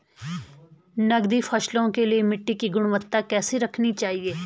नकदी फसलों के लिए मिट्टी की गुणवत्ता कैसी रखनी चाहिए?